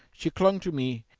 she clung to me,